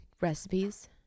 recipes